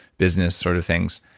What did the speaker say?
business sort of things.